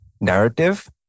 narrative